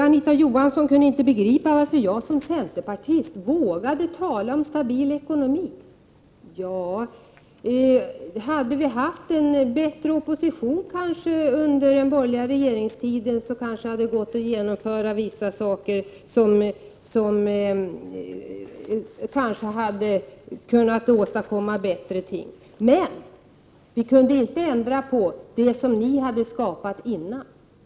Anita Johansson kunde inte begripa att jag som centerpartist vågade tala om stabil ekonomi. Hade vi haft en bättre opposition under den borgerliga regeringstiden, kanske det hade varit möjligt att åstadkomma bättre ting. Men vi kunde inte ändra på det som socialdemokraterna hade skapat före den borgerliga regeringsperioden.